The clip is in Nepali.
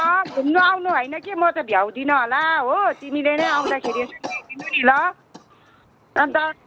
अँ घुम्नु आउनु होइन कि म त भ्याउदिन होला हो तिमीले नै आउँदाखेरि यसो ल्याइदिनु नि ल अन्त